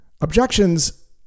Objections